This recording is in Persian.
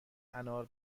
انار